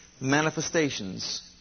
manifestations